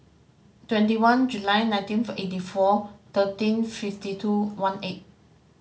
twenty one July nineteenth eighty four thirteen fifty two one eight